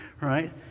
right